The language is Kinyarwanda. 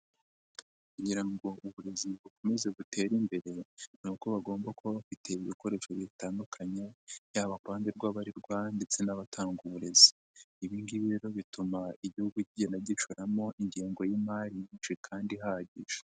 Kugira ngo uburezi bukomeze butere imbere ni uko bagomba kuba bafite ibikoresho bitandukanye yaba ku ruhande rw'abarirwa ndetse n'abatanga uburezi. Ibi ngibi rero bituma igihugu kigenda gishoramo ingengo y'imari nyinshi kandi ihagije.